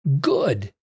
good